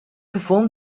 performed